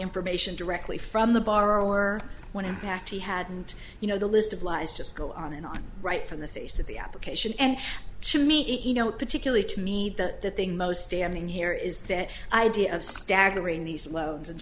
information directly from the borrower when in fact he hadn't you know the list of lies just go on and on right from the face of the application and to meet you know particularly to me that the thing most damning here is that idea of staggering these loans and